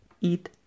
eat